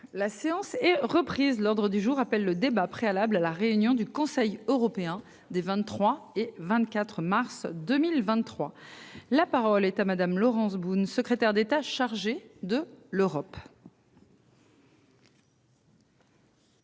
La séance est reprise l'ordre du jour appelle le débat préalable à la réunion du Conseil européen des 23 et 24 mars 2023. La parole est à madame Laurence Boone, secrétaire d'État chargé de l'Europe.